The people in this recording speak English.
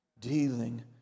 dealing